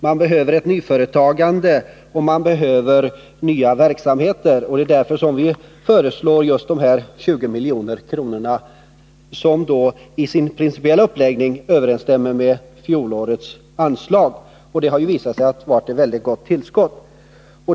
Man behöver ett nyföretagande, man behöver nya verksamheter, och det är därför vi föreslår just 20 milj.kr. till industriell utveckling. I sin principiella uppläggning överensstämmer det med fjolårets anslag, som visade sig vara ett väldigt gott tillskott.